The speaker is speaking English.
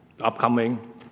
upcoming